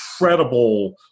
incredible